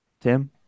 Tim